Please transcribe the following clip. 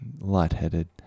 lightheaded